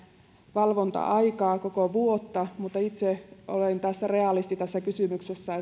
valvonta aikaa koko vuotta mutta itse olen realisti tässä kysymyksessä